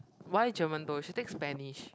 why German though you should take Spanish